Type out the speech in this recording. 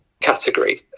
category